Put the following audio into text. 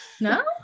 No